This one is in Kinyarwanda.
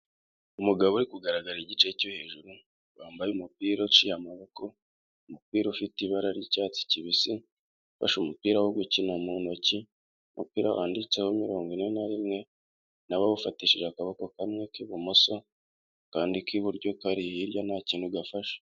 Umugabo uri kugaragara igice cyo hejuru wambaye umupira uciye amaboko, umupira ufite ibara ry'cyatsi kibisi, ufashe umupira wo gukina mu ntoki umupira wanditseho mirongo ine na rimwe nawo awufatishije akaboko kamwe k'ibumoso kandi k'iburyo kari hirya nta kintu gafashe.